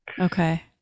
okay